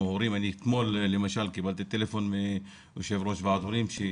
אתמול למשל קיבלתי טלפון מיושב-ראש ועד הורים על כך